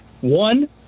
one